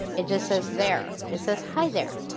it just says there. it says hi there.